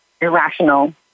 irrational